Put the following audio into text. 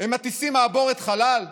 הם מטיסים מעבורת חלל?